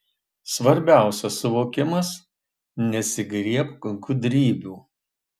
svarbiausias suvokimas nesigriebk gudrybių